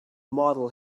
model